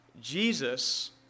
Jesus